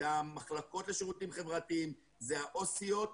זה המחלקות לשירותים חברתיים וזה העו"סיות.